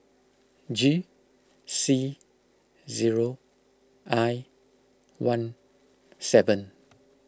G C zero I one seven